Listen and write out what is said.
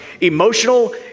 emotional